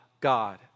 God